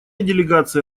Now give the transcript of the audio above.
делегация